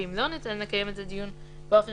ואם לא ניתן לקיים את הדיון באופן